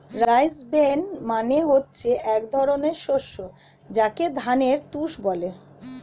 rice bran মানে হচ্ছে এক ধরনের শস্য যাকে ধানের তুষ বলে